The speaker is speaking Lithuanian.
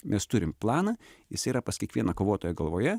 nes turim planą jisai yra pas kiekvieną kovotoją galvoje